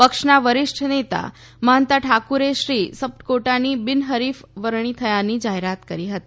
પક્ષના વરિષ્ઠ નેતા મહન્તા ઠાકુરે શ્રી સપ્કોટાની બિન હરીફ વરણી થયાની જાહેરાત કરી હતી